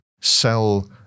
sell